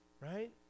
Right